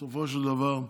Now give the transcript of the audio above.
בסופו של דבר,